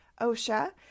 OSHA